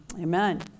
Amen